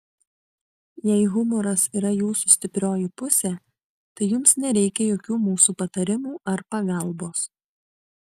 jei humoras yra jūsų stiprioji pusė tai jums nereikia jokių mūsų patarimų ar pagalbos